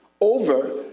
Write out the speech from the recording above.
over